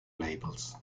labels